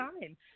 time